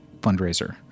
fundraiser